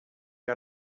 que